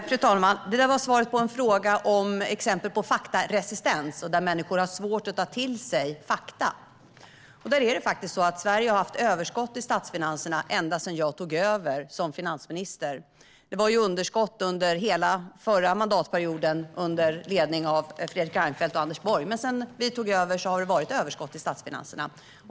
Fru talman! Det där var svaret på en fråga om exempel på faktaresistens: att människor har svårt att ta till sig fakta. Det är faktiskt så att Sverige har haft överskott i statsfinanserna ända sedan jag tog över som finansminister. Det var underskott under hela förra mandatperioden, under ledning av Fredrik Reinfeldt och Anders Borg, men sedan vi tog över har det varit överskott i statsfinanserna.